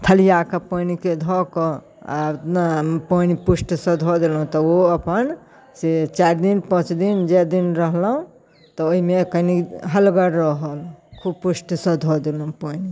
थलिआकऽ पानिके धऽ कऽ आओर पानि पुष्टसँ धऽ देलहुँ तऽ ओ अपन से चारि दिन पाँच दिन जे दिन रहलहुँ तऽ ओहिमे कनि हलगर रहल खूब पुष्टसँ धऽ देलहुँ पानि